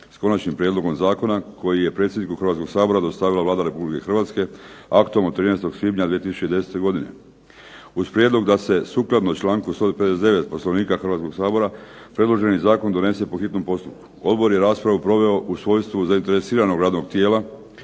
s konačnim prijedlogom zakona, koji je predsjedniku Hrvatskog sabora dostavila Vlada Republike Hrvatske aktom od 13. svibnja 2010. godine, uz prijedlog da se sukladno članku 159. Poslovnika Hrvatskog sabora predloženi zakon donese po hitnom postupku. Odbor je raspravu proveo u svojstvu zainteresiranog radnog tijela,